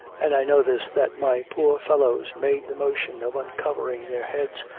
and i noticed that my poor fellows made the motion of uncovering their heads,